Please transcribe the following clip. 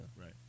Right